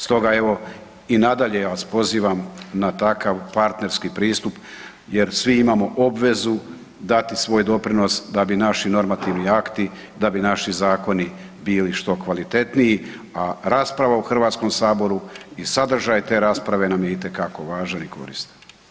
Stoga evo, i nadalje ja vas pozivam na takav partnerski pristup jer svi imamo obvezu dati svoj doprinos da bi naši normativni akti, da bi naši zakoni bili što kvalitetniji a rasprava u Hrvatskom saboru i sadržaj te rasprave nam je itekako važan i koristan.